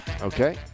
Okay